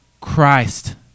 Christ